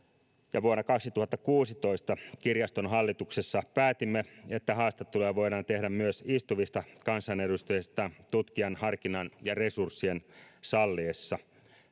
ja vuonna kaksituhattakuusitoista kirjaston hallituksessa päätimme että haastatteluja voidaan tehdä myös istuvista kansanedustajista tutkijan harkinnan ja resurssien salliessa